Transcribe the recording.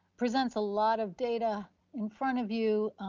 presents a lot of data in front of you.